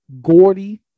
Gordy